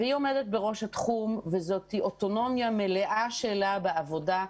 היא עומדת בראש התחום וזאת אוטונומיה מלאה שלה בעבודה.